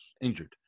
injured